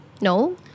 No